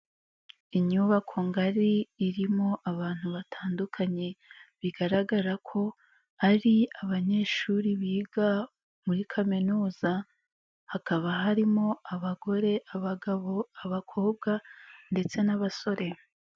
Inyubako ngari irimo abantu batandukanye bigaragara ko ari abanyeshuri biga muri kaminuza, hakaba harimo abagore, abagabo, abakobwa ndetse n'abasore.